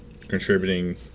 contributing